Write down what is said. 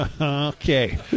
okay